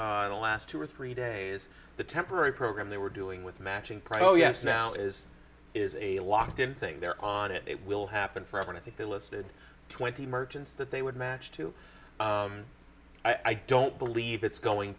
in the last two or three days the temporary program they were doing with matching pro u s now is is a locked in thing they're on it will happen forever and i think they listed twenty merchants that they would match to i don't believe it's going